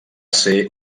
ser